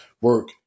work